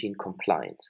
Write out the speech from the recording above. compliant